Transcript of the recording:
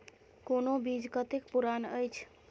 कोनो बीज कतेक पुरान अछि?